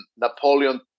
Napoleon